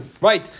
Right